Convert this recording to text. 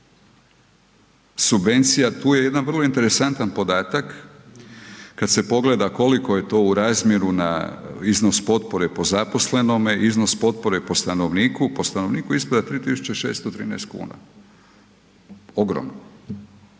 subvencija, tu je jedan vrlo interesantan podatak, kad se pogleda koliko je to u razmjeru na iznos potpore po zaposlenome, iznos potpore po stanovniku, po stanovniku ispada 3613 kn, ogromno,